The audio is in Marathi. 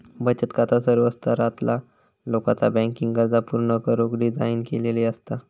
बचत खाता सर्व स्तरातला लोकाचा बँकिंग गरजा पूर्ण करुक डिझाइन केलेली असता